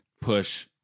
push